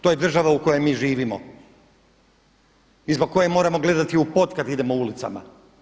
To je država u kojoj mi živimo i zbog koje moramo gledati u pod kad idemo ulicama.